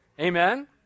amen